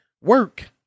work